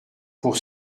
pour